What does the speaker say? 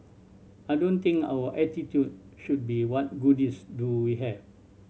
I don't think our attitude should be what goodies do we have